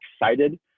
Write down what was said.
excited